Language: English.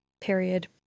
period